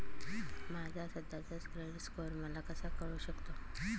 माझा सध्याचा credit score मला कसा कळू शकतो?